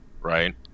right